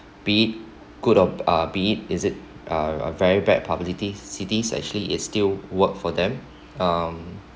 be it good of uh be it it is uh a very bad publicity actually it still works for them um